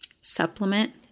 supplement